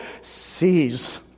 sees